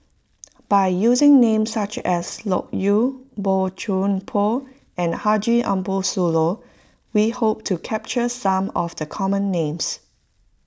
by using names such as Loke Yew Bo Chuan Poh and Haji Ambo Sooloh we hope to capture some of the common names